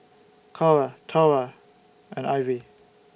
Cora Tory and Ivy